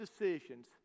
decisions